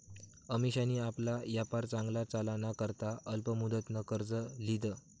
अमिशानी आपला यापार चांगला चालाना करता अल्प मुदतनं कर्ज ल्हिदं